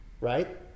right